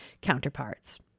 counterparts